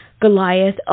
Goliath